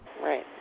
Right